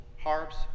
harps